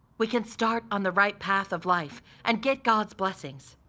we can start on the right path of life and get god's blessings.